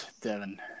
Devin